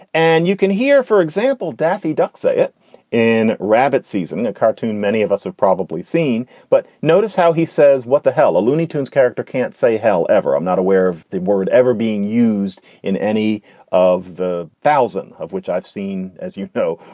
and you can hear, for example, daffy duck say it in rabbit season, a cartoon many of us have probably seen. but notice how he says what the hell? a looney tunes character can't say hell ever. i'm not aware of the word ever being used in any of a thousand of which i've seen as, you know,